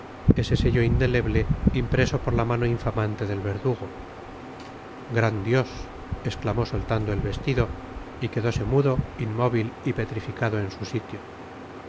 ese sello indeleble impreso por la mano infamante del verdugo gran dios esclamó soltando el vestido y quedóse mudo inmóvil y petrificado en su sitio